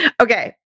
Okay